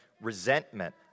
resentment